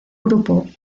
grupo